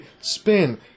spin